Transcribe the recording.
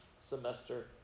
semester